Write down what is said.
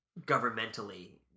governmentally